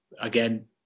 again